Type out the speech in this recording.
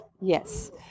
Yes